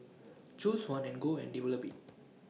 choose one and go and develop IT